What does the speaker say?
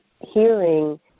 hearing